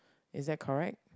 is that correct